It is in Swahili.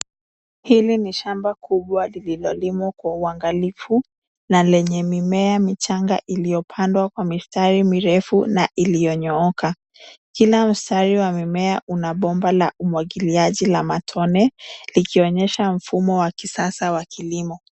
Hili ni shamba kubwa lililolimwa kwa uangalifu na lenye mimea michanga iliyopandwa kwa mistari mirefu na iliyonyooka. Kila mstari wa mimea una bomba la umwagiliaji la matone, likionyesha mfumo wa kisasa wa kilimo.